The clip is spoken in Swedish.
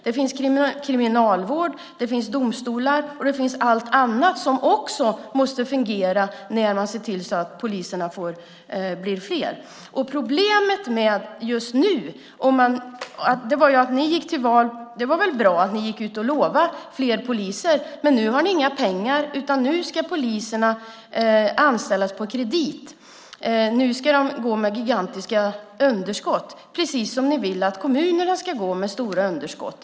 Det finns kriminalvård, domstolar och allt annat som också måste fungera genom att se till att poliserna blir fler. Det var väl bra att ni i alliansen gick till val på att lova fler poliser, men nu har ni inga pengar. Nu ska poliserna anställas på kredit. Nu ska polisen gå med ett gigantiskt underskott, på samma sätt som ni vill att kommunerna ska gå med stora underskott.